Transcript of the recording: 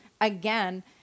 again